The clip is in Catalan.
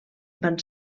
van